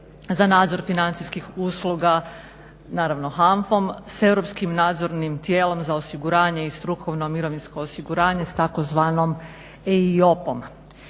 za nadzor financijskih usluga naravno HANFA-om s europskim nadzornim tijelom za osiguranje i strukovno mirovinsko osiguranje s tzv. EIOPA-om.